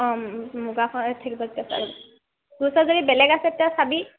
অঁ মুগাখন থাকিব যেতিয়া তোৰ ওচৰত যদি বেলেগ আছে তেতিয়া চাবি